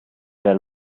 real